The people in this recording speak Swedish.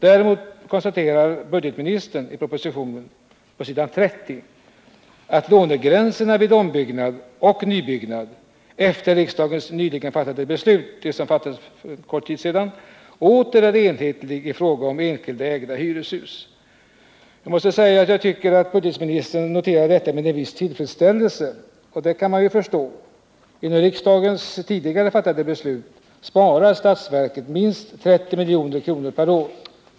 Däremot konstaterar budgetoch ekonomiministern på s. 30 i propositionen att lånegränserna vid ombyggnad och nybyggnad — efter riksdagens nyligen fattade beslut — åter är enhetliga i fråga om enskilt ägda hyreshus. Jag måste säga att jag tycker att budgetministern noterar detta med en viss tillfredsställelse, och det kan man ju förstå — genom riksdagens tidigare fattade beslut sparar statsverket minst 30 milj.kr. per år.